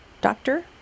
Doctor